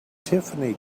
tiffany